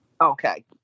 Okay